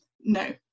No